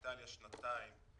איטליה שנתיים,